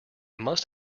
must